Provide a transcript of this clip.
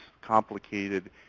complicated